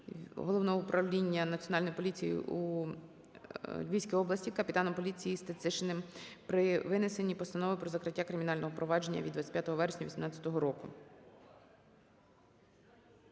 Головного управління Національної поліції у Львівській області капітаном поліції Стецишиним В.М. при винесенні постанови про закриття кримінального провадження від 25 вересня 2018 року.